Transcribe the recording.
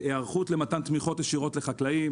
היערכות למתן תמיכות ישירות לחקלאים.